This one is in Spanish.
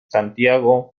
santiago